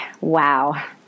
Wow